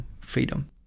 freedom